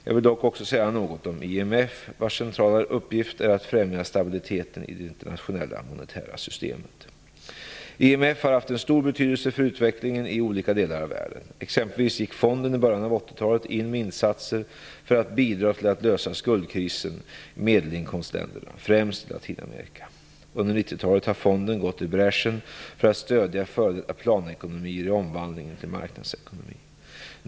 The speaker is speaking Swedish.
Jag vill dock också säga något om IMF, vars centrala uppgift är att främja stabiliteten i det internationella monetära systemet. IMF har haft en stor betydelse för utvecklingen i olika delar av världen. Exempelvis gick fonden i början av 80-talet in med insatser för att bidra till att lösa skuldkrisen i medelinkomstländerna, främst i Latinamerika. Under 90-talet har fonden gått i bräschen för att stödja f.d. planekonomier i omvandlingen till marknadsekonomi.